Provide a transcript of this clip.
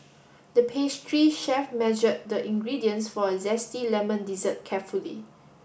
the pastry chef measured the ingredients for a zesty lemon dessert carefully